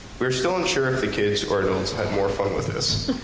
we are still unsure if the kids or adults had more fun with this.